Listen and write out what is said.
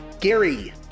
Gary